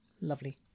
lovely